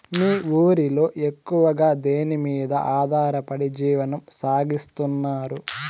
మీ ఊరిలో ఎక్కువగా దేనిమీద ఆధారపడి జీవనం సాగిస్తున్నారు?